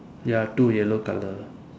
ya two yellow colour